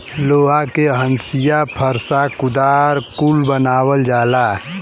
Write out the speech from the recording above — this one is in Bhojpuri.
लोहा के हंसिआ फर्सा कुदार कुल बनावल जाला